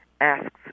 asks